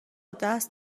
دست